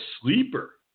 sleeper